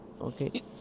Okay